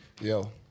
Yo